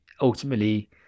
ultimately